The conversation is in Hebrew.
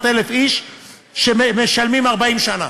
800,000 איש שמשלמים 40 שנה.